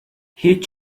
هیچ